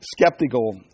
skeptical